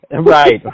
right